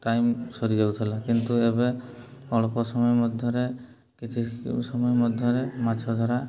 time ସରିଯାଉଥିଲା କିନ୍ତୁ ଏବେ ଅଳ୍ପ ସମୟ ମଧ୍ୟରେ କିଛି ସମୟ ମଧ୍ୟରେ ମାଛ ଧରା